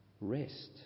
Rest